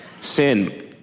sin